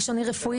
ראשוני רפואי,